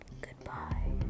Goodbye